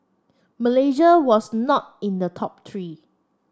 Malaysia was not in the top three